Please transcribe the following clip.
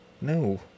No